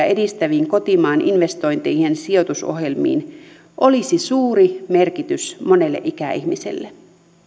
edistäviin kotimaan investointeihin sijoitusohjelmiin olisi suuri merkitys monelle ikäihmiselle